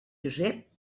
josep